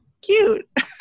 cute